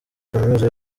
kaminuza